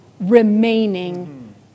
remaining